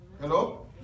Hello